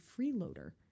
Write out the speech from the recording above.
freeloader